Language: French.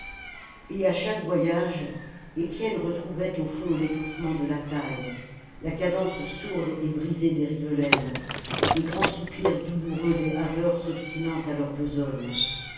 et à chaque voyage étienne retrouvait au fond l'étouffement de la taille la cadence sourde et brisée des rivelaines les grands soupirs douloureux des haveurs s'obstinant à leur besogne